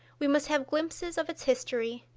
we must have glimpses of its history,